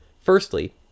Firstly